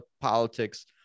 politics